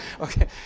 Okay